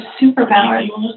superpower